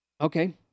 Okay